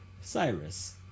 Cyrus